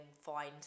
find